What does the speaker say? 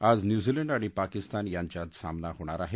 आज न्यूझीलंडचा आणि पाकिस्तान यांच्यात सामना होणार आहे